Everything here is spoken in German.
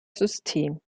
system